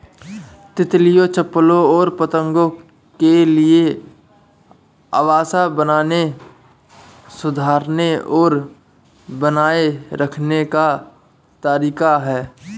तितलियों, चप्पलों और पतंगों के लिए आवास बनाने, सुधारने और बनाए रखने का तरीका है